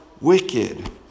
wicked